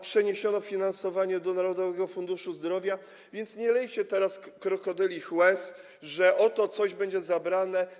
Przeniesiono finansowanie do Narodowego Funduszu Zdrowia, więc nie lejcie teraz krokodylich łez, że oto coś będzie zabrane.